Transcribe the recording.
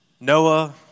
Noah